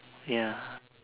ya